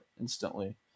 instantly